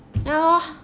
ya lor